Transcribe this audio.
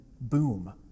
boom